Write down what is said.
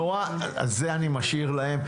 זה אני משאיר להם.